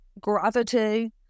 gravity